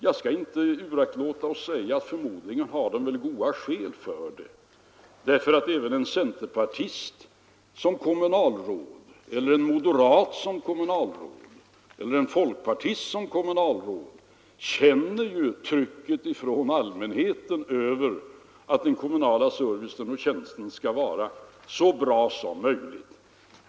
Jag skall inte uraktlåta att säga att förmodligen har de goda skäl för detta, därför att även en centerpartist eller en moderat eller en folkpartist som kommunalråd känner ju trycket från allmänheten att den kommunala servicen skall vara så bra som möjligt.